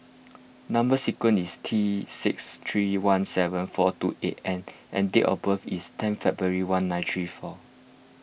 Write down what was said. Number Sequence is T six three one seven four two eight N and date of birth is ten February one nine three four